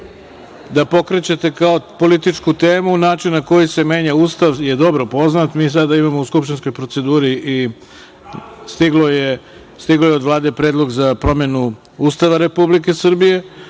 da pokrećete kao političku temu. Način na koji se menja Ustav je dobro poznat. Mi sada imamo u skupštinskoj proceduri i stigao je od Vlade predlog za promenu Ustava Republike Srbije.